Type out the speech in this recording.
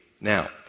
Now